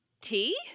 tea